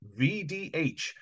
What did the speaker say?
VDH